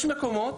יש מקומות